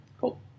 Cool